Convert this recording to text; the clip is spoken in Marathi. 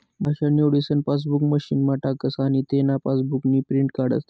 भाषा निवडीसन पासबुक मशीनमा टाकस आनी तेना पासबुकनी प्रिंट काढस